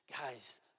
Guys